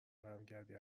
برمیگردی